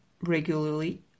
regularly